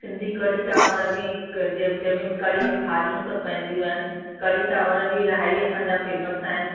सिंधी कढ़ी चांवर बि क ज जंहिं में कढ़ी में भाॼियूं सभु पवंदियूं आहिनि कढ़ी चांवर बि इलाही असांजा फ़ेमस आहिनि